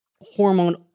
hormone